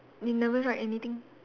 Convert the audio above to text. it never write anything